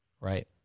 Right